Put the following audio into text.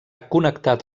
connectat